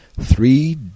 Three